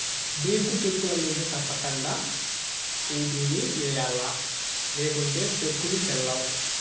bank చెక్కుల మింద తప్పకండా తేదీని ఎయ్యల్ల లేకుంటే సెక్కులు సెల్లవ్